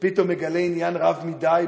שפתאום מגלה עניין רב מדי,